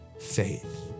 faith